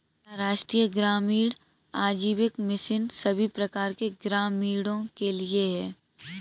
क्या राष्ट्रीय ग्रामीण आजीविका मिशन सभी प्रकार के ग्रामीणों के लिए है?